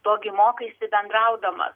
to gi mokaisi bendraudamas